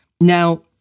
Now